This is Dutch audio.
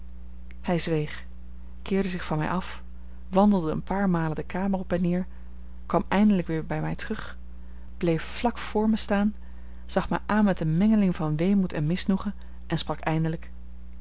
hij zweeg keerde zich van mij af wandelde een paar malen de kamer op en neer kwam eindelijk weer bij mij terug bleef vlak voor mij staan zag mij aan met een mengeling van weemoed en misnoegen en sprak eindelijk